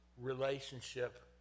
relationship